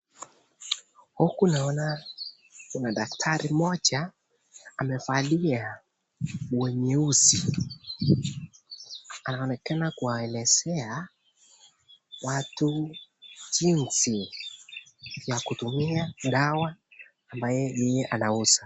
Huku naona kuna daktari mmoja amevalia nguo nyeusi. Anaonekana kuwaelezea watu, jinsi ya kutumia dawa ambaye yeye anauza.